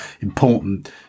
important